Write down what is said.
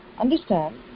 understand